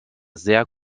sehr